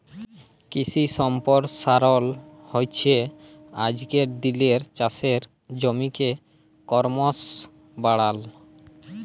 কিশি সম্পরসারল হচ্যে আজকের দিলের চাষের জমিকে করমশ বাড়াল